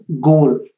Goal